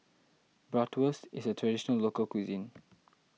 Bratwurst is a Traditional Local Cuisine